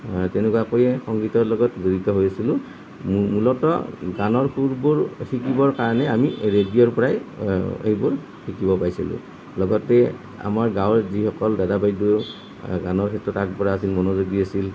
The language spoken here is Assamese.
তেনেকুৱাকৈয়ে সংগীতৰ লগত জড়িত হৈছিলোঁ মূলতঃ গানৰ সুৰবোৰ শিকিবৰ কাৰণে আমি ৰেডিঅ'ৰ পৰাই এইবোৰ শিকিব পাইছিলোঁ লগতে আমাৰ গাঁৱৰ যিসকল দাদা বাইদেউ গানৰ ক্ষেত্ৰত আগবঢ়া আছিল মনোযোগী আছিল